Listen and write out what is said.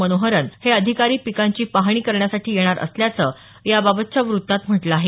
मनोहरन हे अधिकारी पिकांची पाहणी करण्यासाठी येणार असल्याचं याबाबतच्या वृत्तात म्हटलं आहे